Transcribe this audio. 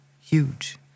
huge